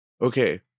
okay